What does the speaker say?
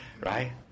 Right